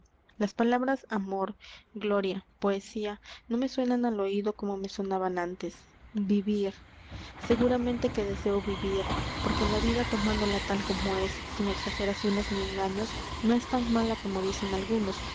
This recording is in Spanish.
las palabras amor gloria poesía no me suenan al oído como me sonaban antes vivir seguramente que deseo vivir porque la vida tomándola tal como es sin exageraciones ni engaños no es tan mala como dicen algunos